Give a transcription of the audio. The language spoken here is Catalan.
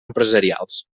empresarials